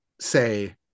say